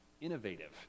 innovative